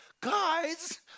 guys